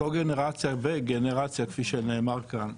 קוגנרציה וגנרציה כפי שנאמר כאן,